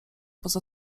poza